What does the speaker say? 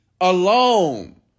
Alone